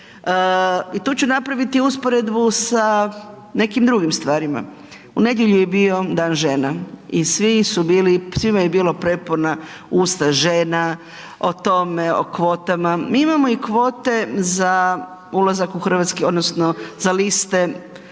I tu ću napraviti usporedbu sa nekim drugim stvarima. U nedjelju je bio Dan žena i svi su bili, svima je bilo prepuna usta žena, o tome, o kvotama. Mi imamo i kvote za ulazak u hrvatski odnosno za liste